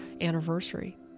anniversary